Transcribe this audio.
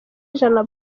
ijana